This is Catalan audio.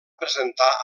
presentar